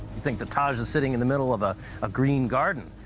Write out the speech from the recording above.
you think the taj is sitting in the middle of a ah green garden.